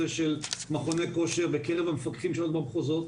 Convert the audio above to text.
מכוני כושר בקרב המפקחים שלנו במחוזות.